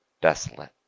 desolate